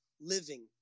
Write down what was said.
living